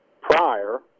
prior